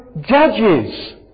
judges